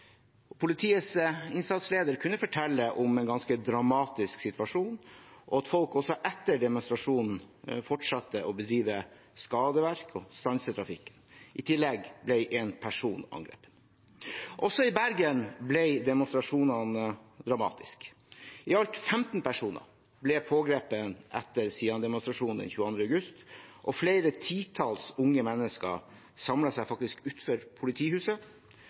Politiets innsatsleder kunne fortelle om en ganske dramatisk situasjon og at folk også etter demonstrasjonen fortsatte å bedrive skadeverk og stanse trafikken. I tillegg ble en person angrepet. Også i Bergen ble demonstrasjonene dramatiske. I alt 15 personer ble pågrepet etter SIAN-demonstrasjonen den 22. august, og flere titalls unge mennesker samlet seg utenfor politihuset, der politiets mannskaper faktisk